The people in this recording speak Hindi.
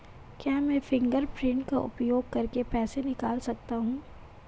क्या मैं फ़िंगरप्रिंट का उपयोग करके पैसे निकाल सकता हूँ?